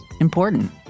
important